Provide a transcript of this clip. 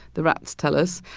the rats tell us.